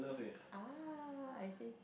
ah I see